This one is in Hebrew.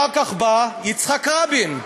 אחר כך בא יצחק רבין,